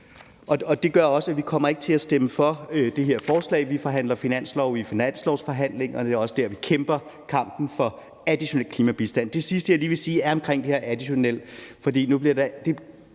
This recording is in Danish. Det gør også, at vi ikke kommer til at stemme for det her forslag. Vi forhandler finanslov i finanslovsforhandlingerne. Det er også der, vi kæmper kampen for additionel klimabistand. Det sidste, jeg lige vil sige, handler om det her med det additionelle.